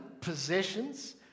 possessions